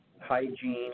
hygiene